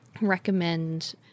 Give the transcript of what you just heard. recommend